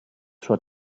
sua